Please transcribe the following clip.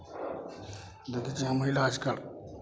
देखै छियै हम महिला आज कल